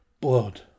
blood